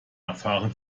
erfahren